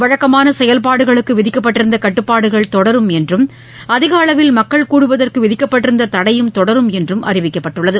வழக்கமானசெயல்பாடுகளுக்குவிதிக்கப்பட்டிருந்தகட்டுப்பாடுகள் தொடரும் என்றும் அதிகளவில் மக்கள் கூடுவதற்குவிதிக்கப்பட்டிருந்ததடையும் தொடரும் என்றுஅறிவிக்கப்பட்டுள்ளது